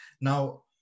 Now